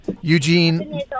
Eugene